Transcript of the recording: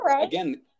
again